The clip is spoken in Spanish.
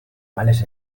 males